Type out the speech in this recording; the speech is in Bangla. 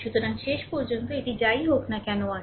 সুতরাং শেষ পর্যন্ত এটি যাই হোক না কেন আছে